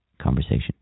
conversation